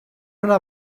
una